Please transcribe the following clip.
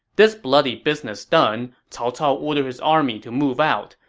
this bloody business done, cao cao ordered his army to move out,